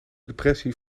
depressie